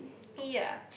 ya